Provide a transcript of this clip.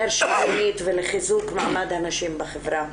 יותר שוויונית ולחיזוק מעמד הנשים בחברה.